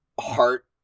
heart-